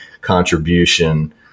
contribution